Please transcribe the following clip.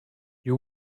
you